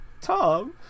tom